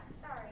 sorry